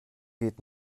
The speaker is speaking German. geht